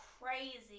crazy